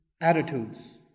Attitudes